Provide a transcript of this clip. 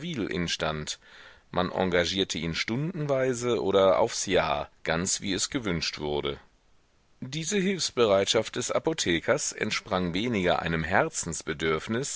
man engagierte ihn stundenweise oder aufs jahr ganz wie es gewünscht wurde diese hilfsbereitschaft des apothekers entsprang weniger einem